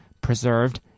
preserved